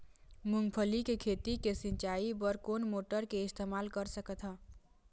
मूंगफली के खेती के सिचाई बर कोन मोटर के इस्तेमाल कर सकत ह?